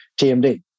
TMD